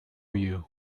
you